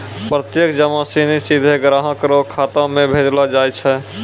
प्रत्यक्ष जमा सिनी सीधे ग्राहक रो खातो म भेजलो जाय छै